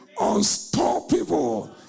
unstoppable